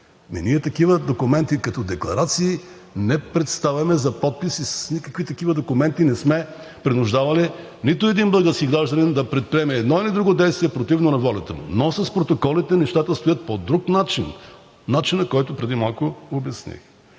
Ние такива документи като декларации не представяме за подпис и с никакви такива документи не сме принуждавали нито един български гражданин да предприеме едно или друго действие противно на волята му. Но с протоколите нещата стоят по друг начин – начина, който преди малко обясних.